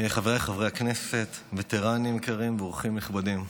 חבריי חברי הכנסת, וטרנים יקרים ואורחים נכבדים,